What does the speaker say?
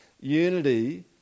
unity